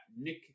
Nick